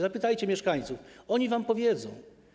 Zapytajcie mieszkańców, oni wam powiedzą.